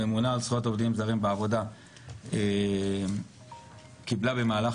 הממונה על זכויות העובדים הזרים בעבודה קיבלה במהלך